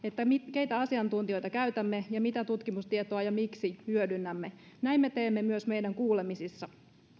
keitä asiantuntijoita käytämme ja mitä tutkimustietoa ja miksi hyödynnämme näin me teemme myös meidän kuulemisissamme